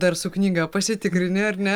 dar su knyga pasitikrini ar ne